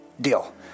Deal